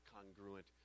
congruent